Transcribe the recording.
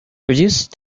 reduced